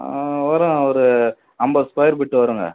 வரும் ஒரு ஐம்பது ஸ்கொயர் பிட்டு வருங்க